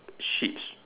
sheeps